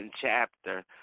chapter